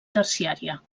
terciària